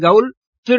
கவுல் திரு